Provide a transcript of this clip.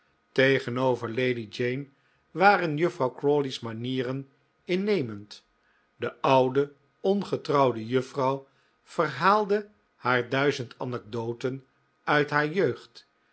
tegenover lady jane waren juffrouw crawley's manieren innemend de oude ongetrouwde juffrouw verhaalde haar duizend anecdoten uit haar jeugd